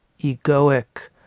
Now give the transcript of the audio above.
egoic